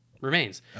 remains